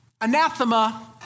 anathema